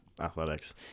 athletics